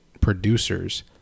producers